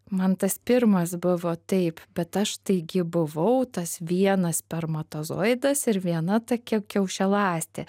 man tas pirmas buvo taip bet aš taigi buvau tas vienas spermatozoidas ir viena tokia kiaušialąstė